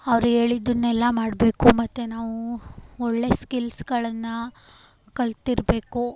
ಅವ್ರು ಹೇಳಿದ್ದನ್ನೆಲ್ಲ ಮಾಡಬೇಕು ಮತ್ತು ನಾವು ಒಳ್ಳೆಯ ಸ್ಕಿಲ್ಸ್ಗಳನ್ನು ಕಲಿತಿರ್ಬೇಕು